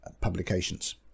publications